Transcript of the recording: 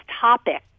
topic